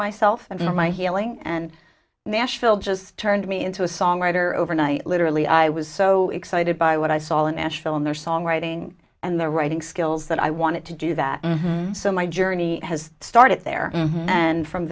myself and my healing and nashville just turned me into a songwriter overnight literally i was so excited by what i saw in nashville and their songwriting and their writing skills that i wanted to do that so my journey has started there and from